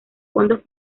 fondos